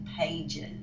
pages